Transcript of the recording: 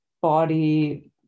body